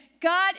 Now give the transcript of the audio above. God